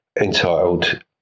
entitled